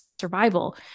survival